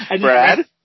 Brad